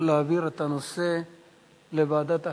העברת הנושא לוועדת החינוך.